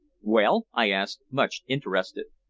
well? i asked, much interested.